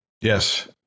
Yes